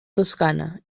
toscana